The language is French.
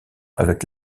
avec